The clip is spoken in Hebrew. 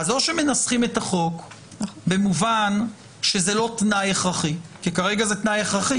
או שמנסחים את החוק במובן שזה לא תנאי הכרחי - כי כרגע זה תנאי הכרחי,